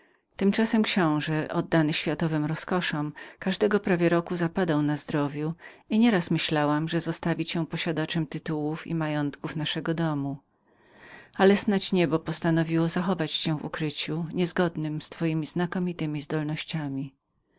tymczasem książe oddany światowym rozkoszom każdego prawie roku zapadał na zdrowiu i nieraz myślałam że zostawi cię posiadaczem tytułów i majątków naszego domu ale snać niebo postanowiło zachować cię w ukryciu niezgodnem z twojemi znakomitemi zdolnościami